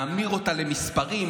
להמיר אותה למספרים,